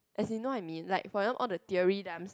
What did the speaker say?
as in you know I mean like for example all the theory that I'm s~